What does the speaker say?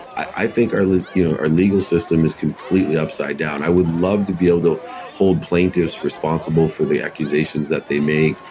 i think our you know our legal system is completely upside down. i would love to be able to hold plaintiffs responsible for the accusations that they make,